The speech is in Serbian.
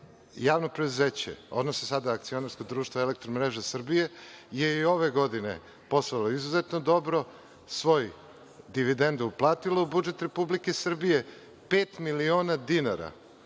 evra. Javno preduzeće, odnosno sada Akcionarsko društvo „Elektromreža Srbije“ je i ove godine poslovalo izuzetno dobro. Svoje je dividende uplatilo u budžet Srbije, pet miliona dinara